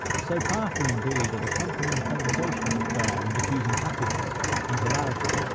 so powerful, indeed, are the company and conversation of the fair, in diffusing happiness and hilarity,